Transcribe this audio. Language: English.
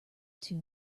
too